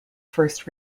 first